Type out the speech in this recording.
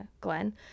glenn